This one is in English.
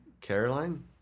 Caroline